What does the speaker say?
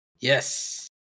Yes